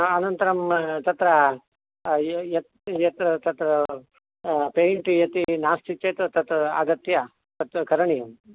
अनन्तरं तत्र ये यत् यत् तत्र पेय्ण्ट् यदि नास्ति चेत् तत् आगत्य तत्र करणीयं